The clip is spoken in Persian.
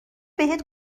بهت